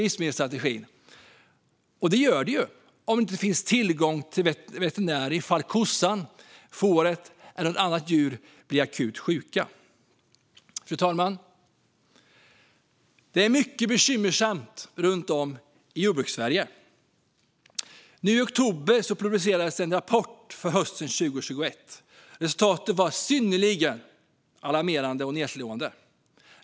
Det gör den inte om det inte finns tillgång till veterinärer när kossan eller något annat djur blir akut sjuk. Fru talman! Det är mycket bekymmersamt runt om i Jordbrukssverige. I oktober publicerades en rapport för hösten 2021. Resultatet var synnerligen alarmerande och nedslående.